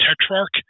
Tetrarch